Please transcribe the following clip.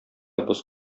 боз